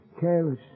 Careless